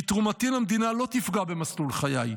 כי תרומתי למדינה לא תפגע במסלול חיי,